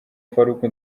faruku